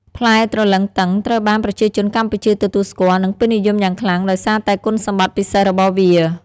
ផ្លែទ្រលឹងទឹងត្រូវបានប្រជាជនកម្ពុជាទទួលស្គាល់ និងពេញនិយមយ៉ាងខ្លាំងដោយសារតែគុណសម្បត្តិពិសេសរបស់វា។